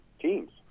teams